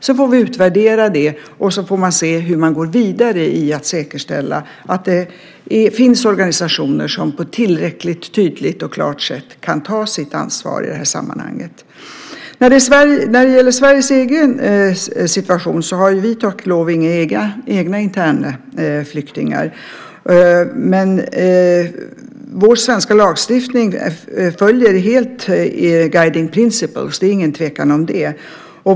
Vi får utvärdera det, och så får man se hur man går vidare i att säkerställa att det finns organisationer som på ett tillräckligt tydligt och klart sätt kan ta sitt ansvar i det här sammanhanget. När det gäller Sveriges egen situation har vi tack och lov inte några egna internflyktingar. Vår svenska lagstiftning följer helt guiding principles . Det är ingen tvekan om det.